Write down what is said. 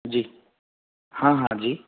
जी हा हा जी